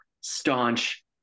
staunch